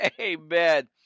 Amen